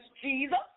Jesus